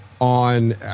on